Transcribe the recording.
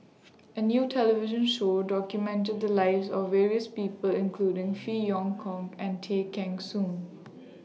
A New television Show documented The Lives of various People including Phey Yew Kok and Tay Kheng Soon